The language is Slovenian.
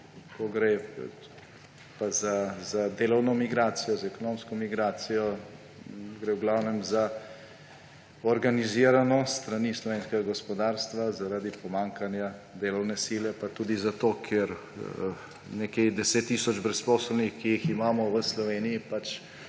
za delovno migracijo, za ekonomsko migracijo, gre v glavnem za organizirano s strani slovenskega gospodarstva zaradi pomanjkanja delovne sile in tudi zato, ker nekaj 10 tisoč brezposelnih, ki jih imamo v Sloveniji,